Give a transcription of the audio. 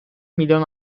milyon